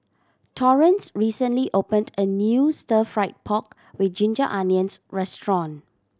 Torrence recently opened a new Stir Fried Pork With Ginger Onions restaurant